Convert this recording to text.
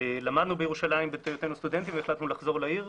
למדנו בירושלים בהיותנו סטודנטים והחלטנו לחזור לעיר.